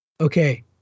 Okay